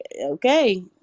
okay